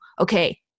okay